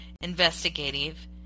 investigative